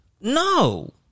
No